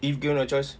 if given a choice